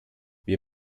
wir